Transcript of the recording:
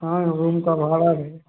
हाँ रूम का भाड़ा है